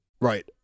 Right